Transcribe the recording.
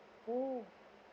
oh